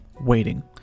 waiting